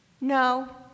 no